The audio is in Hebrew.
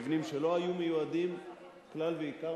מבנים שלא היו מיועדים כלל ועיקר,